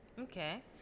Okay